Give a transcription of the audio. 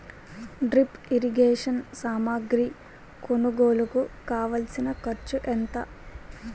drip irrigation సామాగ్రి కొనుగోలుకు కావాల్సిన ఖర్చు ఎంత